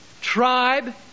tribe